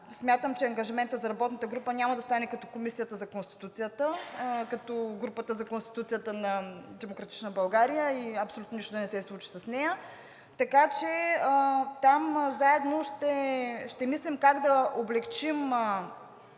Смятам, че ангажимента за работната група няма да стане като Комисията за конституцията, като групата за конституцията на „Демократична България“ и абсолютно нищо да не се случи с нея. Там заедно ще мислим как да облекчим